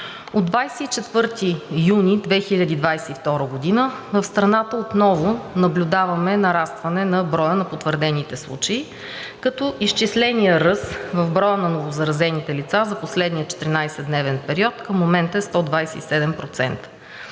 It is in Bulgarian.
От 24 юни 2022 г. в страната отново наблюдаваме нарастване на броя на потвърдените случаи, като изчисленият ръст в броя на новозаразените лица за последния 14-дневен период към момента е 127%.